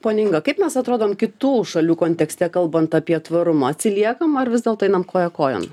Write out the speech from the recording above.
ponia inga kaip mes atrodom kitų šalių kontekste kalbant apie tvarumą atsiliekam ar vis dėlto einam koja kojon